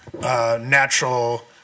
natural